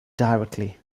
directly